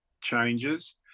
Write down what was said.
changes